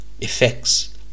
Effects